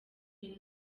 queen